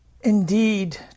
indeed